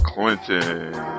Clinton